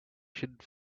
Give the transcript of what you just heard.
should